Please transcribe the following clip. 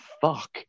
fuck